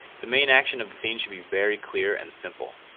the main action of the scene should be very clear and simple.